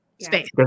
space